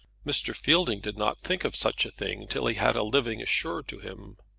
mr. fielding did not think of such a thing till he had a living assured to him.